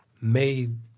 made